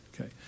okay